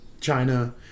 China